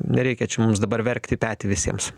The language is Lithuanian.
nereikia čia mums dabar verkt į petį visiems